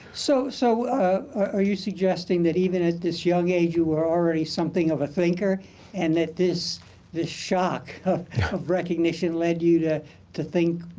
so so are you suggesting that, even at this young age, you were already something of a thinker and that this this shock of recognition led you to to think,